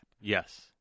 yes